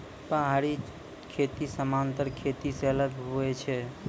पहाड़ी खेती समान्तर खेती से अलग हुवै छै